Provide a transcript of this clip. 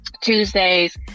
Tuesdays